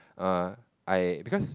err I because